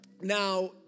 now